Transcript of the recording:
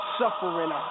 suffering